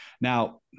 now